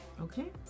Okay